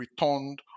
returned